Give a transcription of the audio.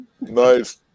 nice